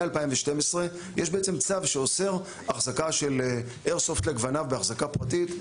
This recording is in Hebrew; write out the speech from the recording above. מ-2012 יש בעצם צו שאוסר החזקה של איירסופט על גווניו בהחזקה פרטית.